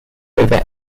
over